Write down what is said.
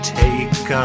take